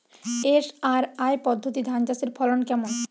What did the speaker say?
SRI পদ্ধতি ধান চাষের ফলন কেমন?